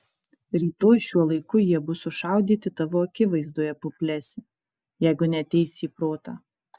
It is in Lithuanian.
rytoj šiuo laiku jie bus sušaudyti tavo akivaizdoje puplesi jeigu neateisi į protą